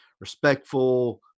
respectful